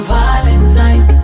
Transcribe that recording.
Valentine